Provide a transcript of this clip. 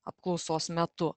apklausos metu